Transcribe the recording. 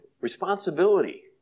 responsibility